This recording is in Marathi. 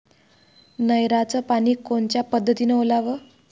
नयराचं पानी कोनच्या पद्धतीनं ओलाव?